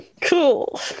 cool